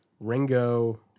Ringo